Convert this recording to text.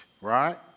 right